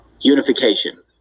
unification